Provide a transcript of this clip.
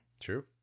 True